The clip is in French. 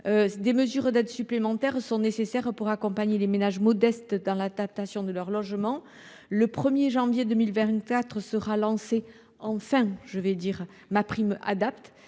des mesures d’aide supplémentaires sont nécessaires pour accompagner les ménages modestes dans l’adaptation de leur logement. Le 1 janvier 2024 sera enfin lancé le dispositif MaPrimeAdapt’,